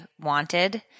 wanted